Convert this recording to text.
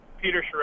Peter